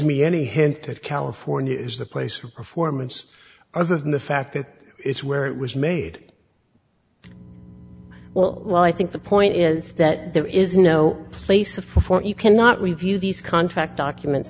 me any hint that california is the place of performance other than the fact that it's where it was made well well i think the point is that there is no place of before you cannot review these contract documents